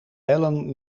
bellen